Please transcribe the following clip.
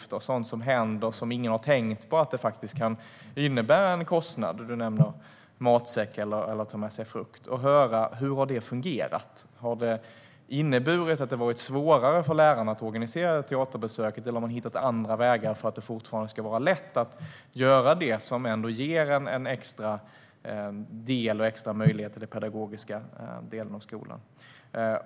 Det finns sådant som händer som faktiskt kan innebära en kostnad som ingen har tänkt på - du nämner att man ska ta med sig matsäck eller frukt. Det handlar om att höra: Hur har det fungerat? Har detta inneburit att det har varit svårare för lärarna att organisera teaterbesöket, eller har man hittat andra vägar så att det fortfarande är lätt att göra det som ändå ger en extra möjlighet för den pedagogiska delen av skolan?